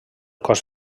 cos